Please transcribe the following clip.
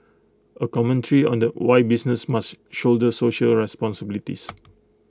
A commentary on the why businesses must shoulder social responsibilities